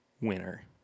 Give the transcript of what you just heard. winner